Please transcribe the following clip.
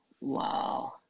Wow